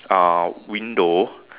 uh window